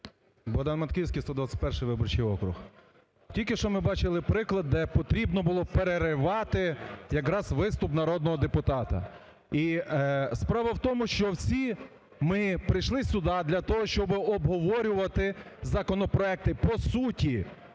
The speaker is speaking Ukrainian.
Богдан Матківський, 121-й виборчий округ. Тільки що ми бачили приклад, де потрібно було переривати якраз виступ народного депутата. І справа в тому, що всі ми прийшли сюди для того, щоб обговорювати законопроекти по суті,